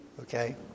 okay